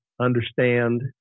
understand